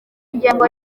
ingengo